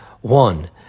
One